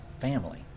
family